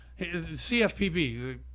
CFPB